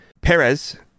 Perez